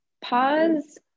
pause